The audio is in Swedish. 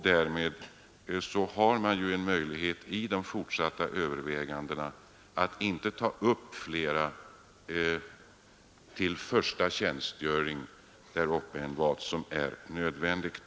Därmed har man en möjlighet i de fortsatta övervägandena att inte ta upp flera till en första tjänstgöring än vad som är nödvändigt.